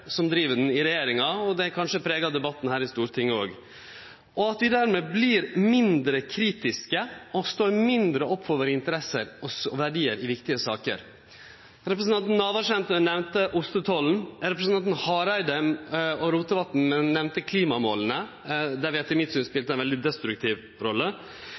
som driv europapolitikken i regjeringa og kanskje òg pregar debatten her i Stortinget, og at vi dermed blir mindre kritiske og står mindre opp for våre interesser og verdiar i viktige saker. Representanten Navarsete nemnde ostetollen, representantane Hareide og Rotevatn nemnde klimamåla, der vi etter mitt syn spilte ein veldig destruktiv rolle,